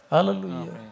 Hallelujah